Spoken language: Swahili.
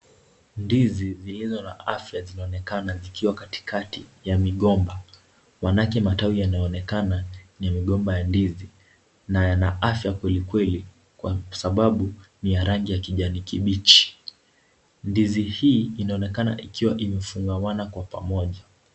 Ndizi zilizo na afya zinaonekana zikiwa katikati ya mgomba, manake matawi yanaonekana ni mgomba wa ndizi na yana afya kwelikweli kwa sababu ni ya rangi ya kijani kibichi. Ndizi hii inaonekana ikiwa imefungamanwa kwa pamoja.